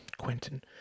Quentin